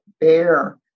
bear